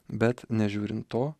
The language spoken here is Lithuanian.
bet nežiūrint to